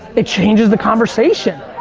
it changes the conversation.